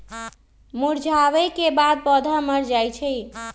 मुरझावे के बाद पौधा मर जाई छई